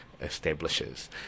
establishes